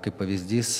kaip pavyzdys